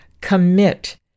commit